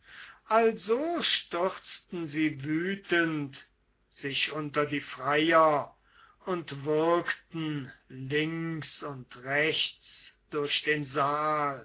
also stürzten sie wütend sich unter die freier und würgten links und rechts durch den saal